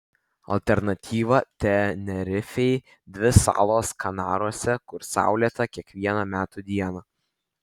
alternatyva tenerifei dvi salos kanaruose kur saulėta kiekviena metų diena